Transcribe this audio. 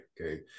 Okay